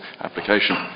application